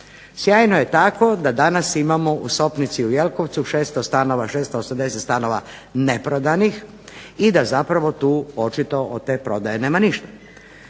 Sjajno je tako da danas imamo u Sopnici u Jelkovcu 600 stanova, 680 stanova neprodanih i da zapravo tu očito od te prodaje nema ništa.